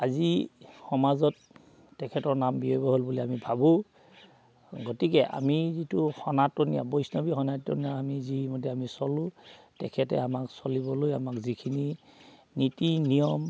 আজি সমাজত তেখেতৰ নাম ব্যয়বহুল বুলি আমি ভাবোঁ গতিকে আমি যিটো সনাতনীয়া বৈষ্ণৱী সনাতনীয়া আমি যিমতে আমি চলোঁ তেখেতে আমাক চলিবলৈ আমাক যিখিনি নীতি নিয়ম